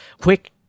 quick